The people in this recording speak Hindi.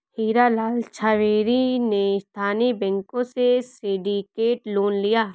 हीरा लाल झावेरी ने स्थानीय बैंकों से सिंडिकेट लोन लिया